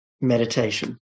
Meditation